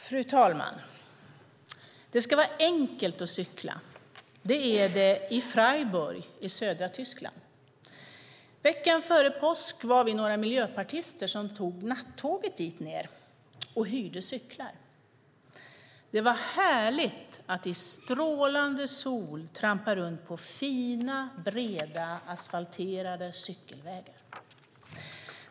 Fru talman! Det ska vara enkelt att cykla. Det är det i Freiburg i södra Tyskland. Veckan före påsk var vi några miljöpartister som tog nattåget dit ned och hyrde cyklar. Det var härligt att i strålande sol trampa runt på fina, breda, asfalterade cykelvägar.